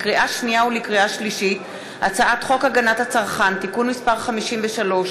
לקריאה שנייה ולקריאה שלישית: הצעת חוק הגנת הצרכן (תיקון מס' 53),